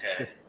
Okay